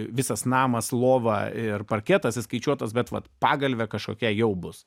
visas namas lova ir parketas įskaičiuotas bet vat pagalvė kažkokia jau bus